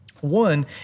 One